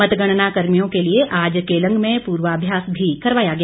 मतगणना कर्मियों के लिए आज केलंग में पूर्वाभ्यास भी करवाया गया